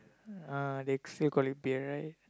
ah they still call it beer right